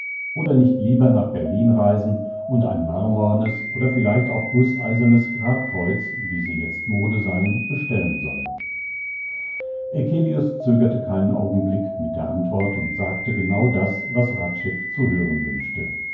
oder nicht lieber nach berlin reisen und ein marmornes oder vielleicht auch gußeisernes grabkreuz wie sie jetzt mode seien bestellen solle eccelius zögerte keinen augenblick mit der antwort und sagte genau das was hradscheck zu hören wünschte